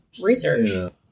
research